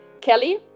Kelly